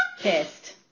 Pissed